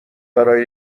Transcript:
برای